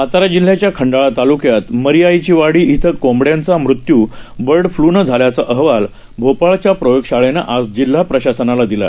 साताराजिल्ह्याच्याखंडाळातालुक्यातमरीआईचीवाडीइथंकोंबड्याचामृत्यूबर्डफ्लूनंझाल्याचाअहवालभोपाळ च्याप्रयोगशाळेनआजजिल्हाप्रशासनालादिला